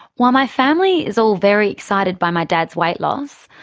while my family is all very excited by my dad's weight loss,